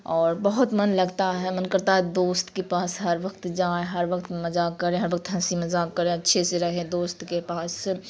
اور بہت من لگتا ہے من کرتا ہے دوست کے پاس ہر وقت جائیں ہر وقت مذاق کریں ہر وقت ہنسی مذاق کریں اچھے سے رہیں دوست کے پاس